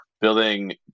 building